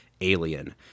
alien